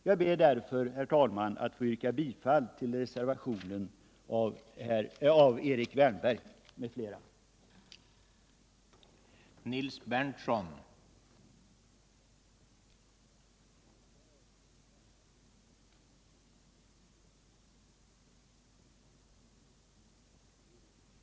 Jag ber därför, herr talman, att få yrka bifall ull reservationen av Erik Wärnberg m.fl.